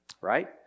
right